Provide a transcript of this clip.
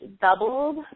doubled